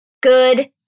Good